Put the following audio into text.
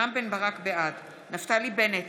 בעד נפתלי בנט,